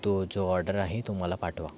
तो जो ऑर्डर आहे तो मला पाठवा